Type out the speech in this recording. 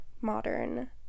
modern